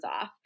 off